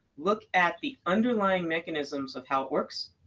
look at the underlying mechanisms of how it works,